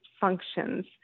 functions